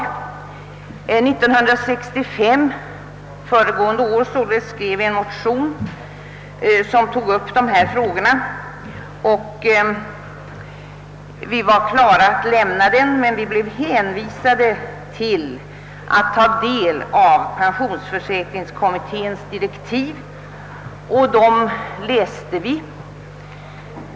År 1965 — således föregående år — skrev vi en motion som tog upp dessa frågor och var klara att lämna den, men vi blev hänvisade till att ta del av pensionsförsäkringskommitténs direktiv, och dem läste vi.